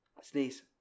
sneeze